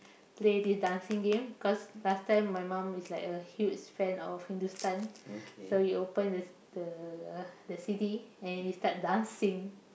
play this dancing game cause last time my mom is like a huge fan of Hindustan so we open the the the C_D and we start dancing